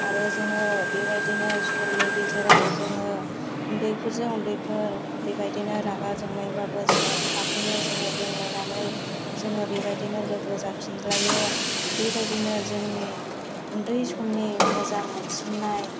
आरो जोङो बेबायदिनो समनि गेजेराव जोङो उन्दैफोरजों उन्दैफोर बेबायदिनो रागा जोंलाय बाबो जोङो थाबैनो जोङो बेंलायनानै जोङो बेबादिनो लोगो जाफिनज्लायो बेबायदिनो जोंनि उन्दै समनि मोजां मोनसिननाय